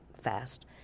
fast